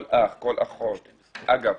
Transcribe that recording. אגב,